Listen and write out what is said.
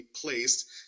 placed